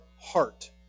heart